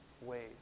ways